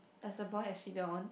does the boy has seat belt on